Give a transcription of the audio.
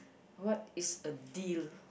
what is a deal